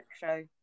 show